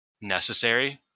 necessary